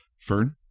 Fern